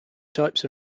types